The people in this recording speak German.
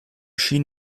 schien